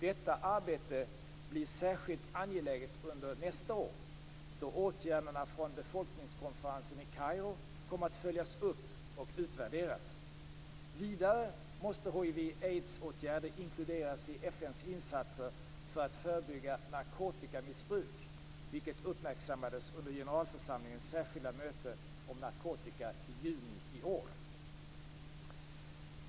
Detta arbete blir särskilt angeläget under nästa år, då åtgärderna från befolkningskonferensen i Kairo kommer att följas upp och utvärderas. Vidare måste hiv/aids-åtgärder inkluderas i FN:s insatser för att förebygga narkotikamissbruk, vilket uppmärksammades under generalförsamlingens särskilda möte om narkotika i juni i år.